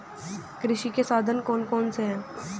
कृषि के साधन कौन कौन से हैं?